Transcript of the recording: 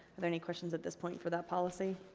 are there any questions at this point for that policy?